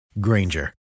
Granger